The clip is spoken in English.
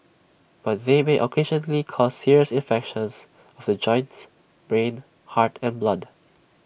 but they may occasionally cause serious infections of the joints brain heart and blood